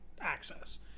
access